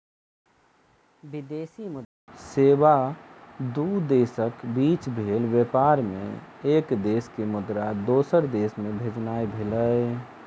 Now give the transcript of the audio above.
विदेशी मुद्रा सेवा दू देशक बीच भेल व्यापार मे एक देश के मुद्रा दोसर देश मे भेजनाइ भेलै